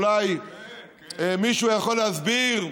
אולי מישהו יכול להסביר,